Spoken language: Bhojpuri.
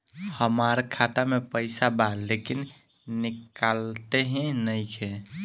हमार खाता मे पईसा बा लेकिन निकालते ही नईखे?